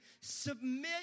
Submit